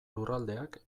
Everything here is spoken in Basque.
lurraldeak